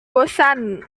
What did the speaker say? bosan